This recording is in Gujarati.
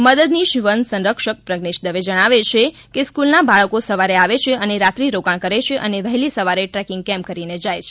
મદદનીશ વન સંરક્ષક પ્ર જ્ઞેશ દવે જણાવે છે કે સ્કૂલના બાળકો સવારે આવે અને રાત્રી રોકાણ કરે છે અને વહેલી સવારે ટ્રેકિંગ કેમ્પ કરીને જાય છે